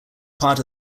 part